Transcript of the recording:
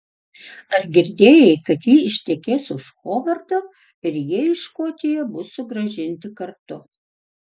ar girdėjai kad ji ištekės už hovardo ir jie į škotiją bus sugrąžinti kartu